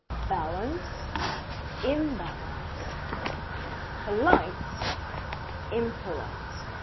balance imbalance polite impolite